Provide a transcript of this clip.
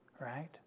Right